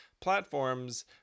platforms